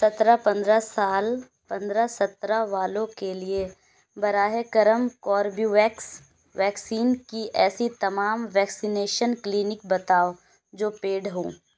سترہ پندرہ سال پندرہ سترہ والوں کے لیے براہِ کرم کوربیویکس ویکسین کی ایسی تمام ویکسینیشن کلینک بتاؤ جو پیڈ ہوں